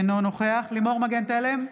אינו נוכח לימור מגן תלם,